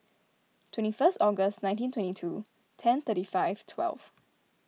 twenty first August nineteen twenty two ten thirty five twelve